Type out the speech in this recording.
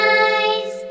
eyes